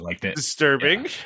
disturbing